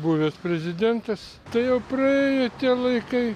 buvęs prezidentas tai jau praėjo tie laikai